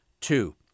Two